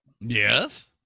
yes